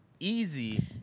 easy